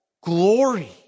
glory